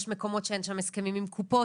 יש מקומות שאין שם הסכמים עם קופות.